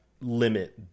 limit